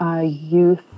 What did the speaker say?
youth